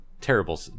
Terrible